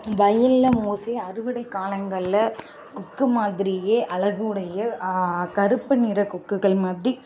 வயலில் மோஸ்ட்லி அறுவடைக் காலங்களில் கொக்கு மாதிரியே அலகுடைய கருப்பு நிற கொக்குகள் மாதிடி